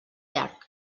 llarg